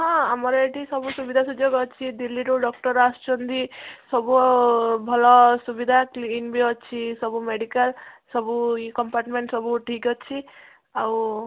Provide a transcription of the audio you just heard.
ହଁ ଆମର ଏଠି ସବୁ ସୁବିଧା ସୁଯୋଗ ଅଛି ଦିଲ୍ଲୀରୁ ଡ଼କ୍ଟର ଆସୁଛନ୍ତି ସବୁ ଭଲ ସୁବିଧା କ୍ଲିନ୍ ବି ଅଛି ସବୁ ମେଡ଼ିକାଲ ସବୁ କମ୍ପାର୍ଟମେଣ୍ଟ ସବୁ ଠିକ୍ଅଛି ଆଉ